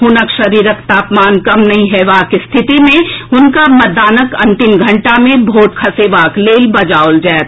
हुनक शरीरक तापमान कम नहि होयबाक स्थिति मे हुनका मतदानक अंतिम घंटा मे भोट खसेबाक लेल बजाओल जाएत